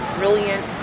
brilliant